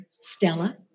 Stella